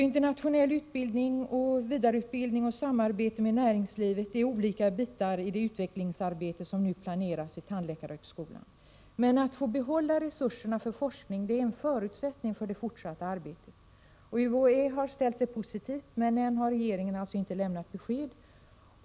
Internationell utbildning, vidareutbildning och samarbete med näringslivet är olika bitar i det utvecklingsarbete som nu planeras vid tandläkarhögskolan. Men att få behålla resurserna för forskningen är en förutsättning för det fortsatta arbetet. UHÄ har ställt sig positivt, men än har regeringen alltså inte lämnat besked.